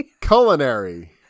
Culinary